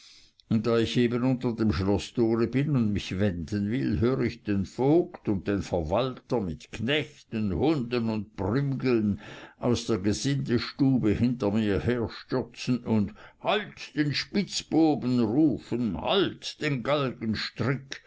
und da ich eben unter dem schloßtore bin und mich wenden will hör ich den vogt und den verwalter mit knechten hunden und prügeln aus der gesindestube hinter mir herstürzen und halt den spitzbuben rufen halt den